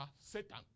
Satan